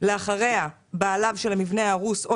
ולאחר מכן בעליו של המבנה ההרוס או